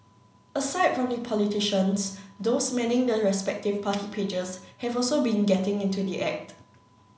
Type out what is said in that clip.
aside from the politicians those manning the respective party pages have also been getting into the act